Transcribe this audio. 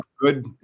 good